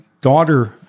daughter